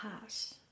pass